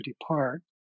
depart